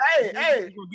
hey